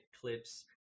clips